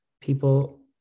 people